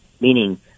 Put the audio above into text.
Meaning